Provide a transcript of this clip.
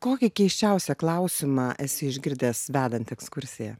kokį keisčiausią klausimą esi išgirdęs vedant ekskursiją